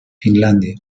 finlandia